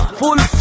full